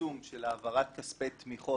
היישום של העברת כספי תמיכות